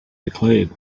declared